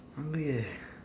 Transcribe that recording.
hungry eh